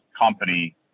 company